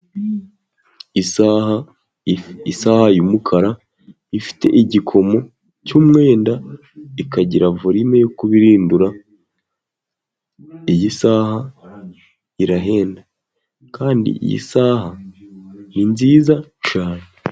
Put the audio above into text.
Isaha y'umukara, ifite igikomo cy'umwenda, ikagira volime yo kubirindura. Iyi saha irahenda, kandi iyi saha ni nziza cyane.